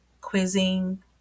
quizzing